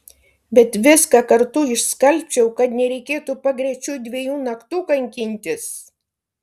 bet viską kartu išskalbčiau kad nereikėtų pagrečiui dviejų naktų kankintis